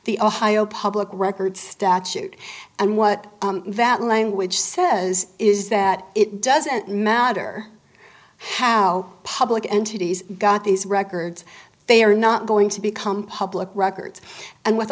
the ohio public record statute and what vattel language says is that it doesn't matter how public entities got these records they are not going to become public records and with